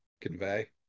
convey